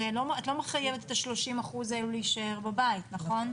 את לא מחייבת את ה-30% האלה להישאר בבית, נכון?